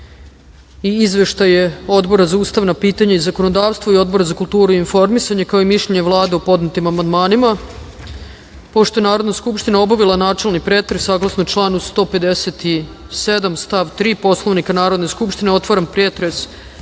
i izveštaje Odbora za ustavna pitanja i zakonodavstvo i Odbora za kulturu i informisanje, kao i mišljenje Vlade o podnetim amandmanima. Pošto je Narodna skupština obavila načelni pretres, saglasno članu 157. stav 3. Poslovnika Narodne skupštine, otvaram pretres